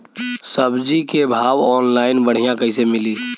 सब्जी के भाव ऑनलाइन बढ़ियां कइसे मिली?